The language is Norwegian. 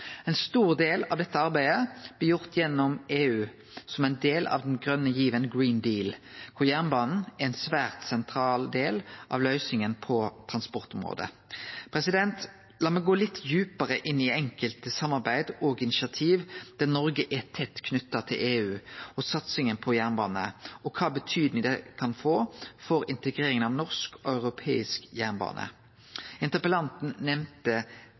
Ein stor del av dette arbeidet blir gjort gjennom EU som ein del av den grøne given Green Deal, og jernbanen er ein svært sentral del av løysinga på transportområdet. La meg gå litt djupare inn i enkelte samarbeid og initiativ der Noreg er tett knytt til EU og satsinga på jernbane, og kva betydning det kan få for integreringa av norsk og europeisk jernbane. Interpellanten nemnde